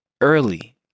early